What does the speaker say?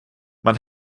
man